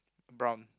brown